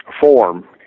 form